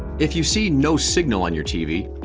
if you see no signal on your tv,